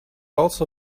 also